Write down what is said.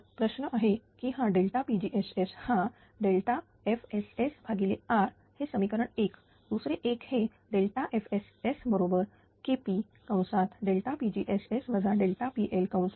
तर प्रश्न आहे की हा pgss हा FSSR हे समीकरण एक दुसरे एक हे FSS बरोबर KP